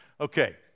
Okay